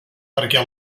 perquè